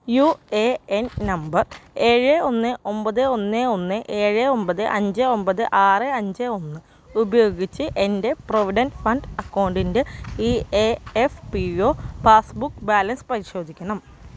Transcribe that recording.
U A N number ഏഴ് ഒന്ന് ഒമ്പത് ഒന്ന് ഒന്ന് ഏഴ് ഒമ്പത് അഞ്ച് ഒമ്പത് ആറ് അഞ്ച് ഒന്ന് ഉപയോഗിച്ച് എൻ്റെ പ്രൊവിഡൻ്റ് ഫണ്ട് അക്കൗണ്ടിൻ്റെ E A F P O passbook balance പരിശോധിക്കണം